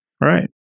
right